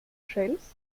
shells